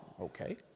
Okay